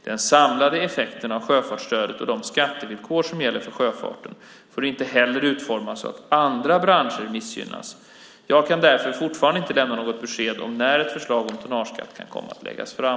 Den samlade effekten av sjöfartsstödet och de skattevillkor som gäller för sjöfarten får inte heller utformas så att andra branscher missgynnas. Jag kan därför fortfarande inte lämna något besked om när ett förslag om tonnageskatt kan komma att läggas fram.